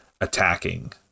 attacking